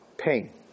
pain